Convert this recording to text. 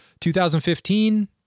2015